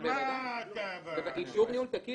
על מה אתה בא --- אישור ניהול תקין